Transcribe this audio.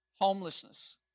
Homelessness